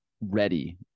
ready